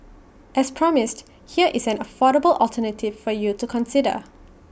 as promised here is an affordable alternative for you to consider